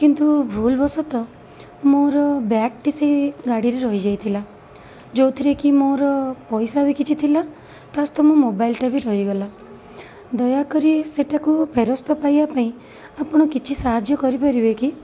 କିନ୍ତୁ ଭୁଲ ବଶତଃ ମୋର ବ୍ୟାଗଟି ସେଇ ଗାଡ଼ିରେ ରହିଯାଇଥିଲା ଯେଉଁଥିରେ କି ମୋର ପଇସା ବି କିଛି ଥିଲା ତାସହିତ ମୋର ମୋବାଇଲ୍ଟା ବି ରହିଗଲା ଦୟାକରି ସେଇଟାକୁ ଫେରସ୍ତ ପାଇବା ପାଇଁ ଆପଣ କିଛି ସାହାଯ୍ୟ କରିପାରିବେ କି